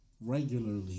regularly